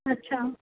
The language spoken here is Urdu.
اچھا